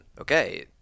okay